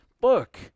book